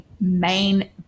main